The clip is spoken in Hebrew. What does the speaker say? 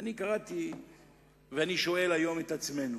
קראתי ואני שואל היום את עצמי: